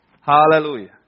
Hallelujah